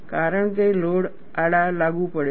કારણ કે લોડ આડા લાગુ પડે છે